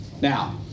Now